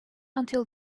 until